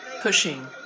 pushing